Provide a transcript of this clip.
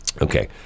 Okay